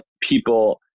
people